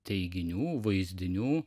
teiginių vaizdinių